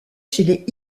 chez